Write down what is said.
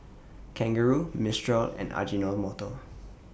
Kangaroo Mistral and Ajinomoto